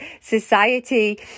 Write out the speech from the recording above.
society